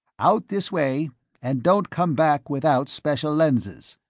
out this way and don't come back without special lenses.